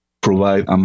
provide